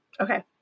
okay